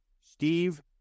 Steve